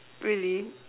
really